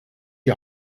die